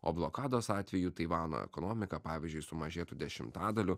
o blokados atveju taivano ekonomika pavyzdžiui sumažėtų dešimtadaliu